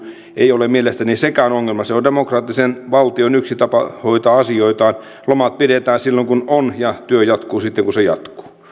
ei ole mielestäni sekään ongelma se on demokraattisen valtion yksi tapa hoitaa asioitaan lomat pidetään silloin kun ne ovat ja työ jatkuu sitten kun se jatkuu